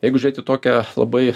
jeigu žiūrėt į tokią labai